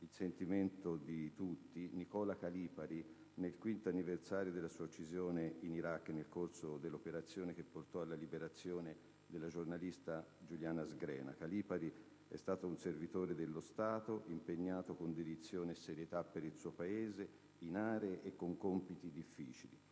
il sentimento di tutti, Nicola Calipari nel quinto anniversario della sua uccisione in Iraq nel corso dell'operazione che portò alla liberazione della giornalista Giuliana Sgrena. Calipari è stato un servitore dello Stato, impegnato con dedizione e serietà per il suo Paese, in aree e con compiti difficili.